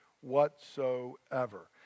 whatsoever